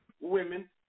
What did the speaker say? women